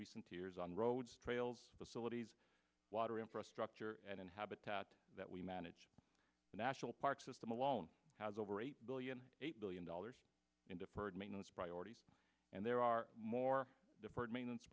recent years on roads rails facilities water infrastructure and habitat that we manage the national park system alone has over eight billion eight billion dollars in deferred maintenance priorities and there are more deferred maintenance